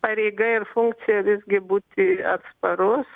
pareiga ir funkcija visgi būti atsparus